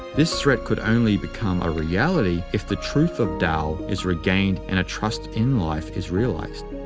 this threat could only become a reality if the truth of tao is regained and a trust in life is realized.